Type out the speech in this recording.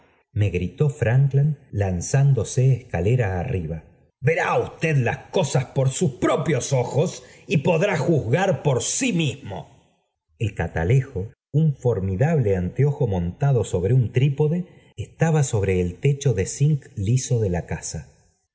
me gritó frankland lanzándose escalera arriba verá usted las co í sas por sus propios ojos y podrá juzgar por sí mismo el catalejo un formidable anteojo montado so el techo de zinc liso jpde la oasa